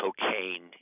cocaine